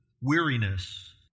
weariness